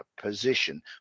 position